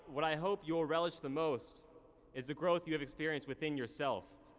what i hope you'll relish the most is the growth you have experienced within yourself,